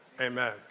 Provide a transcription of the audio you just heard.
amen